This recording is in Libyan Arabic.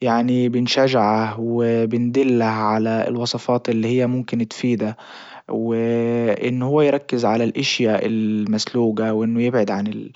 يعني بنشجعه وبندله على الوصفات اللي هي ممكن تفيده و ان هو يركز على الاشيا المسلوجة وانه يبعد عن